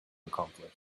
accomplish